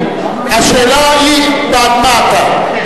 השאלה היא בעד מה אתה,